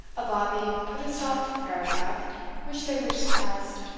a bawbee put a stop to the paragraph which they wished suppressed.